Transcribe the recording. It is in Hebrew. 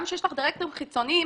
גם שיש לך דירקטורים חיצוניים,